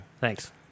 Thanks